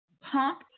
pump